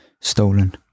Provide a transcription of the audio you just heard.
stolen